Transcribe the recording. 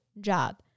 job